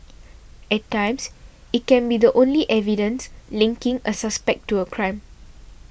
at times it can be the only evidence linking a suspect to a crime